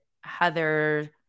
Heather